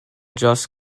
just